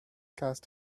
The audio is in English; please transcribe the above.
cast